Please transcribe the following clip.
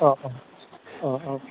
औ औ औ औ